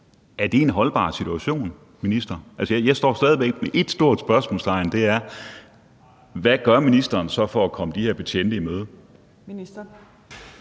Er det en holdbar situation, minister? Jeg står stadig væk med ét stort spørgsmålstegn, og det er: Hvad gør ministeren så for at komme de her betjente i møde?